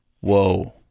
Whoa